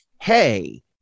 hey